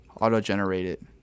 Auto-generated